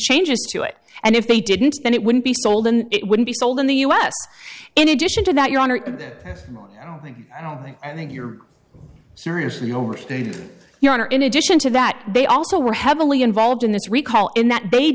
changes to it and if they didn't then it wouldn't be sold and it wouldn't be sold in the u s in addition to that your honor i don't think i think you're seriously overstating your honor in addition to that they also were heavily involved in this recall in that they